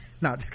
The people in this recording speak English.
No